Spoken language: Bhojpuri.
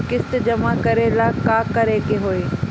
किस्त जमा करे ला का करे के होई?